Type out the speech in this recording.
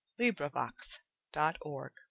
LibriVox.org